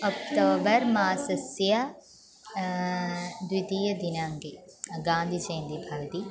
October मासस्य द्वितीयदिनाङ्के गान्धी जयन्ती भवति